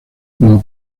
como